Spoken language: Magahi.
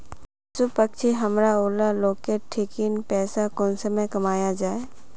पशु पक्षी हमरा ऊला लोकेर ठिकिन पैसा कुंसम कमाया जा?